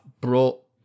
brought